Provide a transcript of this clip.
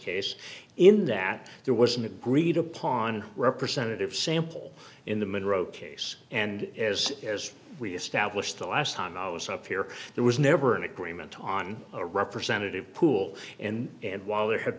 case in that there was an agreed upon representative sample in the mid road case and as as we established the last time i was up here there was never an agreement on a representative pool and while there had